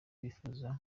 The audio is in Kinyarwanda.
bifuza